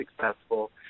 successful